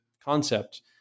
concept